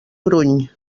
gruny